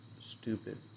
stupid